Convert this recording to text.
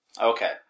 Okay